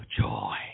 joy